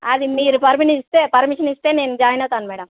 అది మీరు పరిమిని ఇస్త పర్మిషన్ ఇస్తే నేను జాయిన్ అవుతాను మేడం